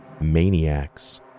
maniacs